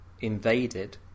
invaded